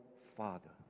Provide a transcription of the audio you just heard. father